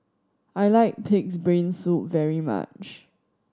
I like Pig's Brain Soup very much